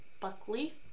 Buckley